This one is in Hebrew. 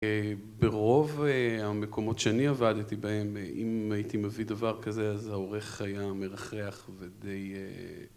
ברוב המקומות שאני עבדתי בהם, אם הייתי מביא דבר כזה, אז העורך היה מרחח ודי